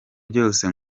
byose